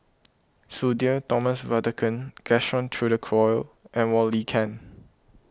Sudhir Thomas Vadaketh Gaston Dutronquoy and Wong Lin Ken